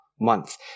month